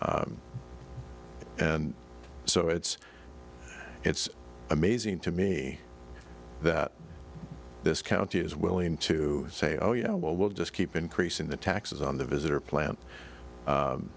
and so it's it's amazing to me that this county is willing to say oh you know well we'll just keep increasing the taxes on the visitor plant